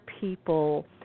people